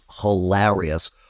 hilarious